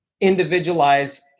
individualize